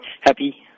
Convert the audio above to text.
Happy